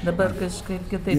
dabar kažkaip kitaip